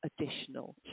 additional